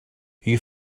you